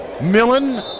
Millen